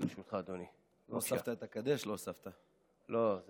שינוי זה הינו שינוי מתבקש לאור תפיסתנו כי האחריות על